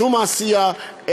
שום עשייה,